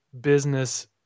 business